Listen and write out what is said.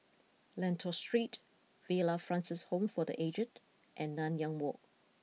Lentor Street Villa Francis Home for the aged and Nanyang Walk